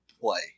play